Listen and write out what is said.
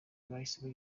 bahise